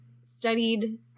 studied